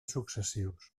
successius